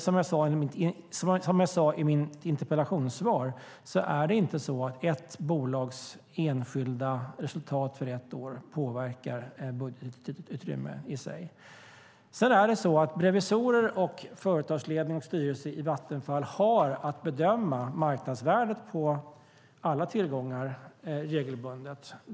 Som jag sade i mitt interpellationssvar påverkar inte ett bolags enskilda resultat för ett år budgetutrymmet i sig. Revisorerna, företagsledningen och styrelsen i Vattenfall har att regelbundet bedöma marknadsvärdet på alla tillgångar.